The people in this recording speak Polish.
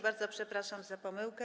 Bardzo przepraszam za pomyłkę.